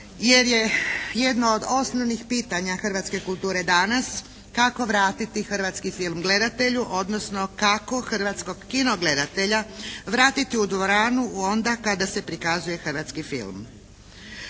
jer je jedno od osnovnih pitanja hrvatske kulture danas kako vratiti hrvatski film gledatelju, odnosno kako hrvatskog kino gledatelja vratiti u dvoranu onda kada se prikazuje hrvatski film.